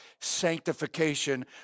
sanctification